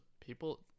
people